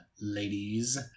ladies